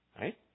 Right